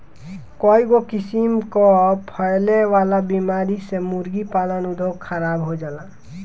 कईगो किसिम कअ फैले वाला बीमारी से मुर्गी पालन उद्योग खराब हो जाला